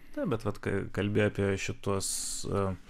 ne bet vat kai kalbi apie šituos